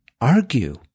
argue